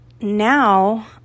now